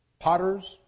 potters